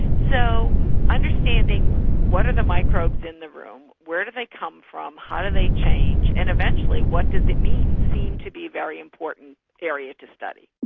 so understanding what are the microbes in the room, where they come from, how do they change, and eventually what does it mean, seems to be very important area to study.